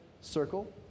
circle